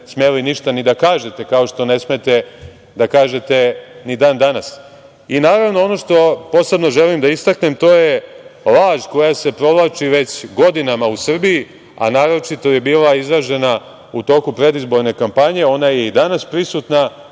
smeli ništa ni da kažete, kao što ne smete da kažete ni dan-danas. Ono što posebno želim da istaknem to je laž koja se provlači već godinama u Srbiji, a naročito je bila izražena u toku predizborne kampanje, ona je i danas prisutna